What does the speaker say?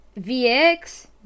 VX